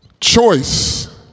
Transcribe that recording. Choice